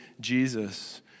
Jesus